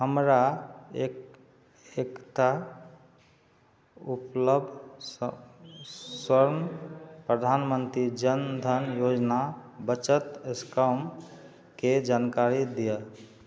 हमरा एक एकटा उपलब्ध स स्वर्ण प्रधानमंत्री जन धन योजना बचत स्किमके जानकारी दिअ